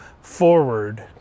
forward